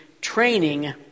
training